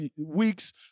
weeks